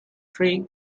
trick